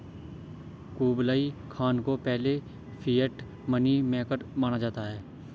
Kublai Khan को पहले fiat money maker माना जाता है